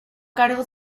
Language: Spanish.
cargo